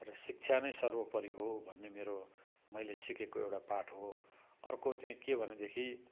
र शिक्षा नै सर्वोपरि हो भन्ने मेरो मैले सिकेको एउटा पाठ हो अर्को चाहिँ के भनेदेखि